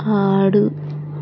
ఆడు